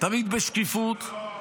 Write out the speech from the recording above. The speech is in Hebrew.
תמיד בשקיפות,